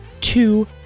two